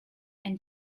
and